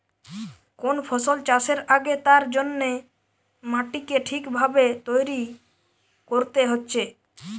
কোন ফসল চাষের আগে তার জন্যে মাটিকে ঠিক ভাবে তৈরী কোরতে হচ্ছে